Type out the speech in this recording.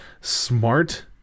smart